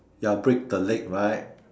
ya break the leg right